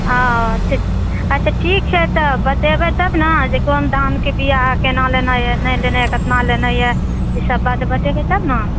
हँ अच्छा ठीक छै तऽ बतेबै तब ने जे कोन धानके बिआ केना लेनाइ यऽ कते लेनाइ यऽ ई सब बात बतेबै तब ने